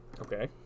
Okay